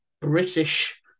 British